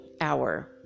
hour